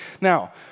Now